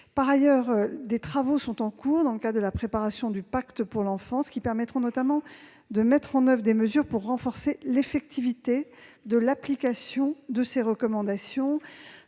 Par ailleurs, des travaux sont en cours dans le cadre de la préparation du pacte pour l'enfance, afin de mettre en oeuvre des mesures pour renforcer l'effectivité de l'application de ces recommandations.